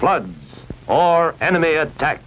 flood or enemy attack